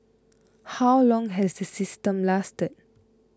how long has the system lasted